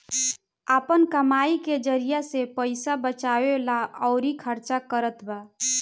आपन कमाई के जरिआ से पईसा बचावेला अउर खर्चा करतबा